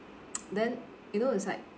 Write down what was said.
then you know it's like